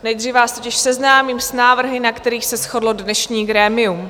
Nejdříve vás totiž seznámím s návrhy, na kterých se shodlo dnešní grémium.